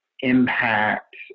impact